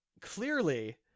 clearly